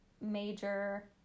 major